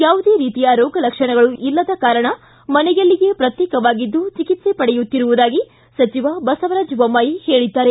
ಯಾವುದೇ ರೀತಿಯ ರೋಗ ಲಕ್ಷಣಗಳು ಇಲ್ಲದ ಕಾರಣ ಮನೆಯಲ್ಲಿಯೇ ಪ್ರತ್ಯೇಕವಾಗಿದ್ದು ಚಿಕಿತ್ಸೆ ಪಡೆಯುತ್ತಿರುವುದಾಗಿ ಸಚಿವ ಬಸವರಾಜ ಬೊಮ್ಬಾಯಿ ತಿಳಿಸಿದ್ದಾರೆ